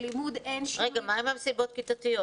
רגע, מה עם המסיבות הכיתתיות?